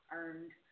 earned